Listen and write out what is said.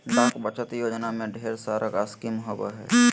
डाक बचत योजना में ढेर सारा स्कीम होबो हइ